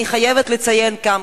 אני חייבת לציין כאן,